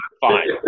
fine